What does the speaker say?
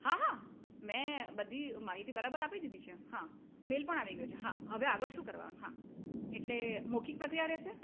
હા હા મેં બધી માહિતી બરાબર આપી દીધી છે હા મેલ પણ આવી ગયો છે હા હવે આગળ શું કરવાનું હા એટલે મૌખિક પ્રક્રિયા રહેશે